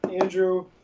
andrew